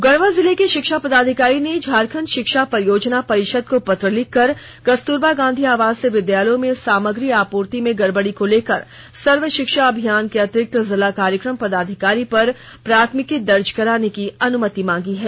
गढ़वा जिले के शिक्षा पदाधिकारी ने झारखंड शिक्षा परियोजना परिषद को पत्र लिखकर कस्तुरबा गांधी आवासीय विद्यालयों में सामग्री आपूर्ति में गड़बड़ी को लेकर सर्व शिक्षा अभियान के अतिरिक्त जिला कार्यक्रम पदाधिकारी पर प्राथमिकी दर्ज कराने की अनुमति मांगी है